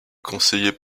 conseillers